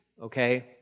okay